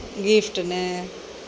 gift ને